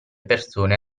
persone